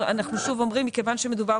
מכיוון שמדובר